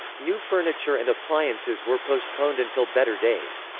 new furniture and appliances were postponed until better days.